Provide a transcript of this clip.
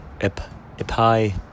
epi